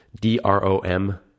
D-R-O-M